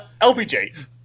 LBJ